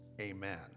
amen